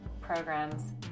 programs